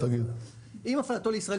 "אם הפעלתו לישראל,